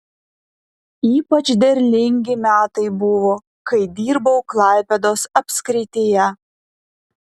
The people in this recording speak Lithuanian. ypač derlingi metai buvo kai dirbau klaipėdos apskrityje